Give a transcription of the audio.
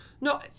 No